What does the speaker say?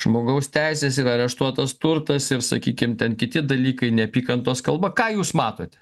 žmogaus teises ir areštuotas turtas ir sakykim ten kiti dalykai neapykantos kalba ką jūs matote